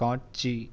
காட்சி